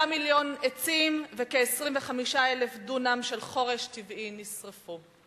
5 מיליון עצים וכ-25,000 דונם של חורש טבעי נשרפו.